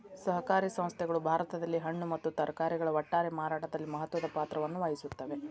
ಸಹಕಾರಿ ಸಂಸ್ಥೆಗಳು ಭಾರತದಲ್ಲಿ ಹಣ್ಣು ಮತ್ತ ತರಕಾರಿಗಳ ಒಟ್ಟಾರೆ ಮಾರಾಟದಲ್ಲಿ ಮಹತ್ವದ ಪಾತ್ರವನ್ನು ವಹಿಸುತ್ತವೆ